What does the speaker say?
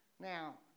Now